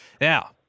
Now